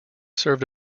served